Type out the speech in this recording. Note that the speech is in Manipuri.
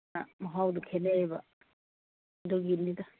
ꯃꯍꯥꯎꯗꯨ ꯈꯦꯅꯩꯑꯕ ꯑꯗꯨꯒꯤꯅꯤꯗ